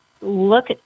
Look